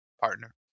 partner